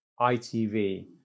ITV